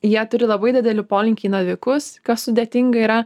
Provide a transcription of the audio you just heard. jie turi labai didelį polinkį į navikus kas sudėtinga yra